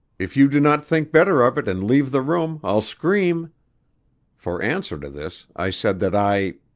if you do not think better of it and leave the room, i'll scream for answer to this i said that i